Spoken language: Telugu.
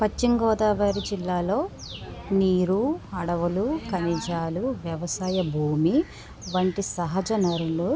పశ్చిమ గోదావరి జిల్లాలో నీరు అడవులు ఖనిజాలు వ్యవసాయ భూమి వంటి సహజ వనరులు